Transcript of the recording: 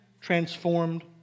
transformed